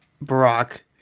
Brock